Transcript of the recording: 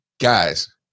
Guys